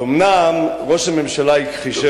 אז אומנם ראש הממשלה הכחיש,